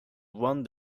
won